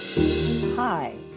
Hi